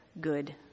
good